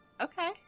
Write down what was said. okay